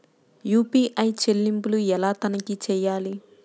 UPI చెల్లింపులు ఎలా తనిఖీ చేయాలి?